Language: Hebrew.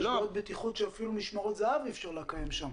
יש בהם בעיות בטיחות שאפילו משמרות זה"ב אי אפשר לקיים שם.